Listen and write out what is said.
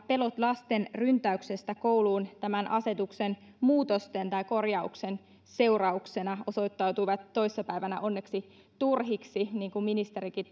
pelot lasten ryntäyksestä kouluun tämän asetuksen muutosten tai korjauksen seurauksena osoittautuivat toissa päivänä onneksi turhiksi niin kuin ministerikin